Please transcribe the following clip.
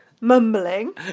mumbling